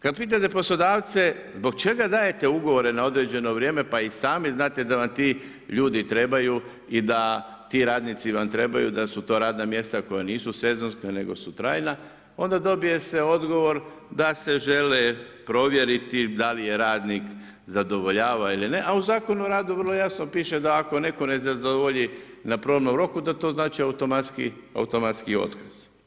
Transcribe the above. Kad pitate poslodavce zbog čega dajete ugovore na određeno vrijeme pa i sami znate da vam ti ljudi trebaju i da ti radnici vam trebaju, da su to radna mjesta koja nisu sezonska, nego su trajna, onda dobije se odgovor da se žele provjeriti da li je radnik zadovoljavao ili ne, a u Zakonu o radu vrlo jasno piše da ako netko ne zadovolji na probnom roku da to znači automatski otkaz.